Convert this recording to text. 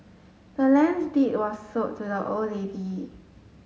the land's deed was sold to the old lady